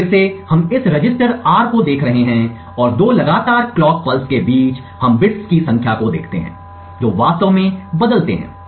तो फिर से हम इस रजिस्टर R को देख रहे हैं और दो लगातार क्लॉक पल्स के बीच हम बिट्स की संख्या को देखते हैं जो वास्तव में बदलते हैं